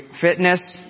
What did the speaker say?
Fitness